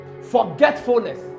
forgetfulness